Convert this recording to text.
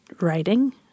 writing